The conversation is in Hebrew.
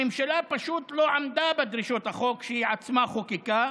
הממשלה פשוט לא עמדה בדרישות החוק שהיא עצמה חוקקה,